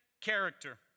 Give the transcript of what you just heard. character